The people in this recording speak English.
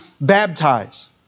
baptize